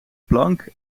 plank